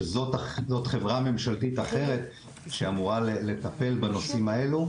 שזאת חברה ממשלתית אחרת שאמורה לטפל בנושאים האלה,